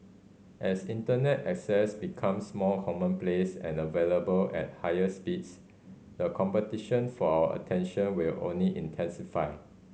as Internet access becomes more commonplace and available at higher speeds the competition for our attention will only intensify